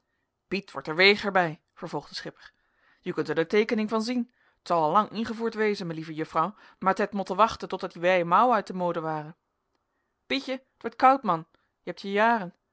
piet wordt er weger bij vervolgt de schipper je kunt er de teekening van zien t zou al lang ingevoerd wezen me lieve juffrouw maar t het motten wachten totdat die wije mouwen uit de mode waren pietje t wordt koud man je hebt je jaren